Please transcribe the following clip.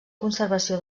conservació